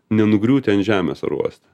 nenugriūti ant žemės orouoste